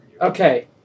Okay